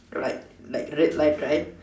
like like red light right